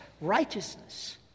righteousness